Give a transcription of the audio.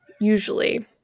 usually